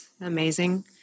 amazing